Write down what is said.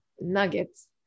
nuggets